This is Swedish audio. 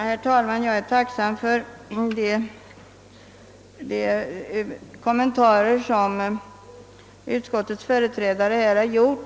Herr talman! Jag är tacksam för de kommentarer som utskottets företrädare har gjort.